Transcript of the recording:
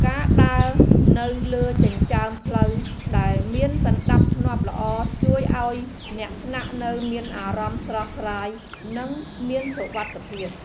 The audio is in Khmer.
ការដើរនៅលើចិញ្ចើមផ្លូវដែលមានសណ្តាប់ធ្នាប់ល្អជួយឱ្យអ្នកស្នាក់នៅមានអារម្មណ៍ស្រស់ស្រាយនិងមានសុវត្ថិភាព។